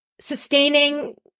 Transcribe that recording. sustaining